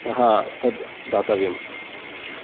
अतः तद्दातव्यम्